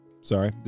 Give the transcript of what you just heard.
Sorry